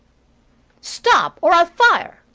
stop, or i'll fire!